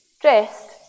dressed